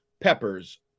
Peppers